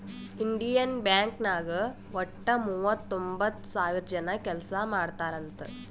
Indian bank ನಾಗ್ ವಟ್ಟ ಮೂವತೊಂಬತ್ತ್ ಸಾವಿರ ಜನ ಕೆಲ್ಸಾ ಮಾಡ್ತಾರ್ ಅಂತ್